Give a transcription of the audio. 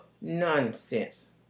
nonsense